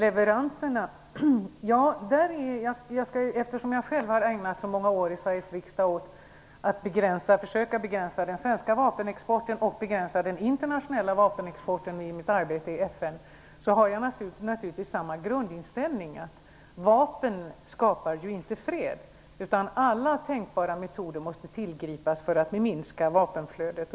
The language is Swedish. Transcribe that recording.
Eftersom jag själv har ägnat så många år i Sveriges riksdag åt att försöka begränsa den svenska vapenexporten och begränsa den internationella vapenexporten i mitt arbete i FN har jag naturligtvis samma grundinställning: Vapen skapar inte fred. Alla tänkbara metoder måste tillgripas för att minska vapenflödet.